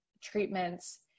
treatments